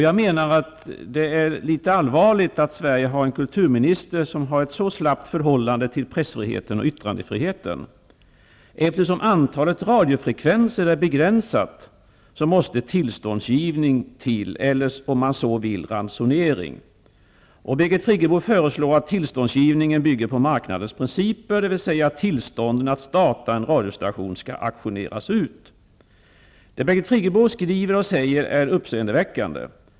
Jag menar att det är ganska allvarligt att Sverige har en kulturminister som har ett så slappt förhållande till pressfriheten och yttrandefriheten att hon menar att det är nödvändigt att ta till tillståndsgivning eller, om man så vill, ransonering, eftersom antalet radiofrekvenser är begränsat. Birgit Friggebo föreslår att tillståndsgivningen skall bygga på marknadens principer, dvs. tillståndet att starta en radiostation skall auktioneras ut. Det Birgit Friggebo skriver och säger är uppseendeväckande.